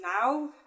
now